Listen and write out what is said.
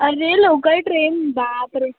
अरे local train बाप रे